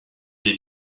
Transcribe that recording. des